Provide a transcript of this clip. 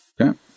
Okay